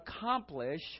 accomplish